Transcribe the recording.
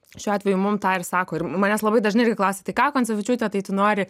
šiuo atveju mum tą ir sako ir manęs labai dažnai irgi klausia tai ką koncevičiūte tai tu nori